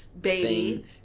baby